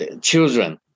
children